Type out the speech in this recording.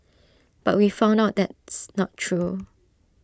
but we found out that's not true